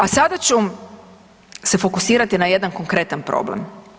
A sada ću se fokusirati na jedan konkretan problem.